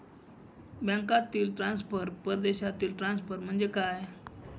बँकांतील ट्रान्सफर, परदेशातील ट्रान्सफर म्हणजे काय?